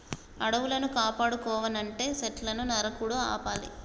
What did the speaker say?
అడవులను కాపాడుకోవనంటే సెట్లును నరుకుడు ఆపాలి